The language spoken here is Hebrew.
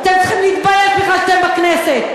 אתם צריכים להתבייש בכלל שאתם בכנסת,